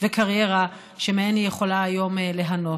וקריירה שמהן היא יכולה היום ליהנות.